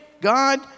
God